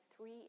three